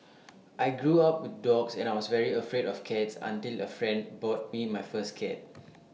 I grew up with dogs and I was very afraid of cats until A friend bought me my first cat